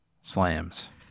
slams